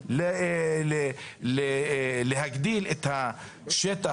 להגדיל את השטח.